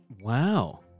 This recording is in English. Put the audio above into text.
Wow